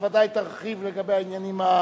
אתה בוודאי תרחיב לגבי העניינים.